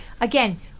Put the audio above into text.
again